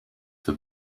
for